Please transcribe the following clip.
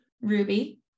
Ruby